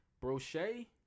Brochet